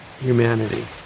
humanity